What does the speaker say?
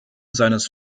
seines